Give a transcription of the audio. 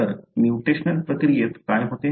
तर म्युटेशनल प्रक्रियेत काय होते